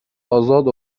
ازاد